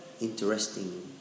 interesting